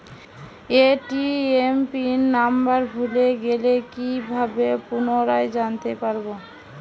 ATM pin number ভুলে গেলে কি ভাবে পুনরায় জানতে পারবো?